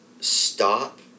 stop